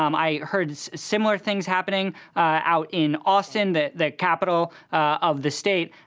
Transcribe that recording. um i heard similar things happening out in austin, the the capital of the state.